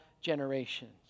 generations